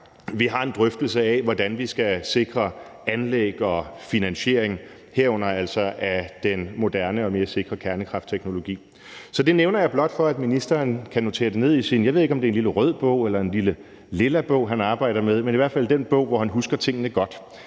vi har en drøftelse af, hvordan vi skal sikre anlæg og finansiering, herunder altså af den moderne og mere sikre kernekraftteknologi. Så det nævner jeg blot, for at ministeren kan notere det i sin bog, og jeg ved ikke, om det er en rød bog eller en lilla bog, han arbejder med, men i hvert fald i den bog, hvor han husker tingene godt